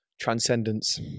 Transcendence